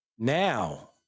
Now